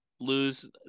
lose